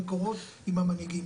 מקורות עם המנהיגים,